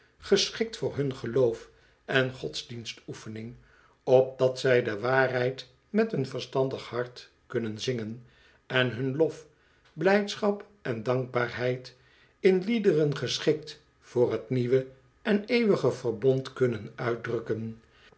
geschikt voor hun geloof en godsdienstoefening opdat zij de waarheid met een verstandig hart kunnen zingen en hun lof blijdschap en dankbaarheid in liederen geschikt voor t nieuwe en eeuwige verbond kunnen uitdrukken